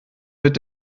mit